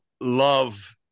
love